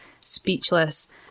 speechless